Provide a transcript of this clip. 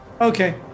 Okay